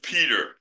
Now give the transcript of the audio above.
Peter